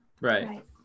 Right